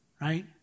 Right